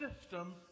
system